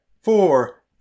four